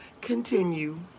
continue